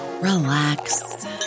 Relax